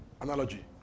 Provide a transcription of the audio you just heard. analogy